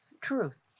truth